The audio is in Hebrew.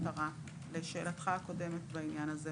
לשאלתך הקודמת בעניין הזה,